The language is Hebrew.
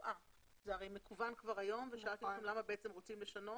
זה מקוון כבר היום ושאלתי אתכם למה אתם רוצים לשנות,